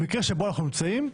במקרה שבו אנחנו נמצאים,